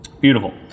Beautiful